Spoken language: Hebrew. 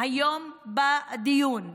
היום בדיון.